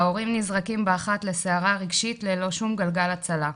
ההורים נזרקים באחת לסערה הרגשית ללא שום גלגל הצלה.